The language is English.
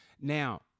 Now